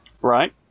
Right